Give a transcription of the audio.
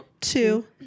two